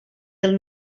del